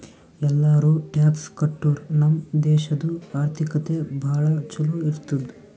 ಎಲ್ಲಾರೂ ಟ್ಯಾಕ್ಸ್ ಕಟ್ಟುರ್ ನಮ್ ದೇಶಾದು ಆರ್ಥಿಕತೆ ಭಾಳ ಛಲೋ ಇರ್ತುದ್